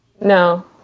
No